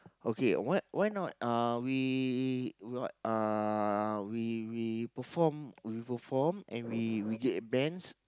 okay why why not uh we we uh we we perform we perform and we we get bands